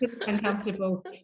uncomfortable